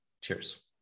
Cheers